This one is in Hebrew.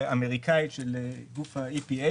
האמריקנית של גוף ה-EPA